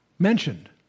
Mentioned